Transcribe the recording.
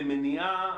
במניעה,